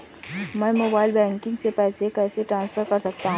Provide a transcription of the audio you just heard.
मैं mobile banking से पैसे कैसे ट्रांसफर कर सकता हूं?